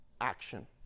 action